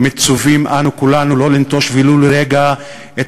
מצווים אנו כולנו שלא לנטוש ולו לרגע את